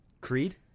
Creed